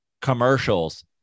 commercials